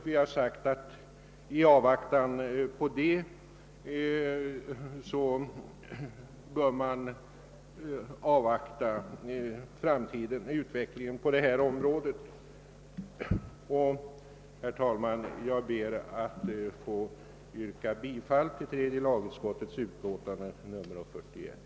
Vi har sagt att man bör avvakta den framtida utvecklingen på detta område. Herr talman! Jag ber få yrka bifall till tredje lagutskottets hemställan i utlåtande nr 41.